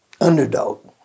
underdog